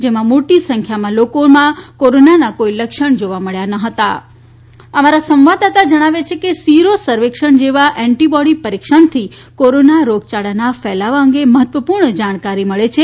જેમાં મોટી સંખ્યામાં લોકોમાં કોરોનાના કોઇ લક્ષણ જોવા મળ્યા ન હતા અમારા સંવાદદાતા જણાવે છે કે સીરો સર્વેક્ષણ જેવા એન્ટીબોડી પરીક્ષણથી કોરોના રોગચાળાના ફેલાવા અંગે મહત્વપૂર્ણ જાણકારી મળે છે